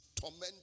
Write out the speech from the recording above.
torment